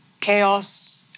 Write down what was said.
chaos